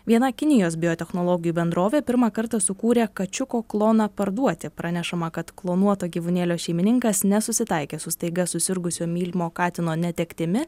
viena kinijos biotechnologijų bendrovė pirmą kartą sukūrė kačiuko kloną parduoti pranešama kad klonuoto gyvūnėlio šeimininkas nesusitaikė su staiga susirgusio mylimo katino netektimi